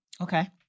Okay